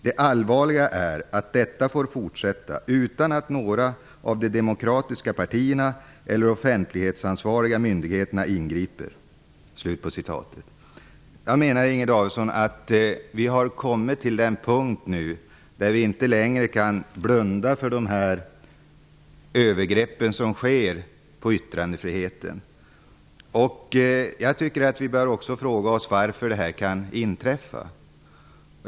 Det allvarliga är att detta får fortsätta utan att några av de demokratiska partierna eller offentlighetsansvariga myndigheterna ingriper.'' Jag menar att, Inger Davidson, vi nu har kommit till den punkt då vi inte längre kan blunda för de övergrepp som sker på yttrandefriheten. Jag tycker också att vi bör fråga oss varför det här kan inträffa.